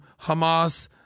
Hamas